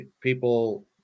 people